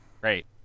Great